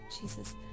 Jesus